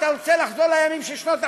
אתה רוצה לחזור לימים של שנות ה-50?